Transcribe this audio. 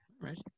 right